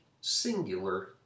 singular